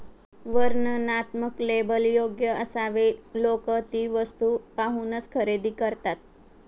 वर्णनात्मक लेबल योग्य असावे लोक ती वस्तू पाहूनच खरेदी करतात